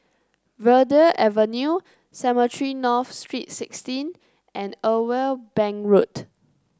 Verde Avenue Cemetry North Street Sixteen and Irwell Bank Road